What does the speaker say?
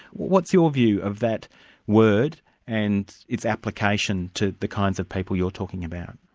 what's your view of that word and its application to the kinds of people you're talking about?